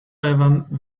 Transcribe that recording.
even